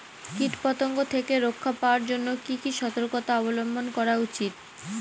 কীটপতঙ্গ থেকে রক্ষা পাওয়ার জন্য কি কি সর্তকতা অবলম্বন করা উচিৎ?